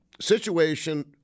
situation